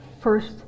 first